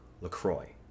LaCroix